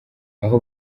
aho